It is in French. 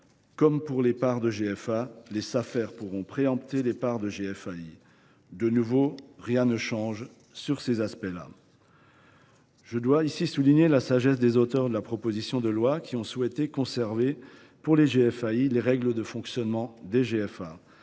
préempter les parts de GFAI, au même titre que les parts de GFA. De nouveau, rien ne change sur ces aspects là. Je dois souligner la sagesse des auteurs de la proposition de loi, qui ont souhaité conserver, pour les GFAI, les règles de fonctionnement des GFA,